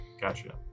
Gotcha